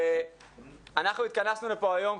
ואנחנו התכנסנו פה היום,